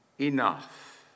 enough